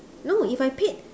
no if I paid